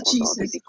Jesus